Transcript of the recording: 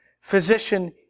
Physician